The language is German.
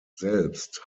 selbst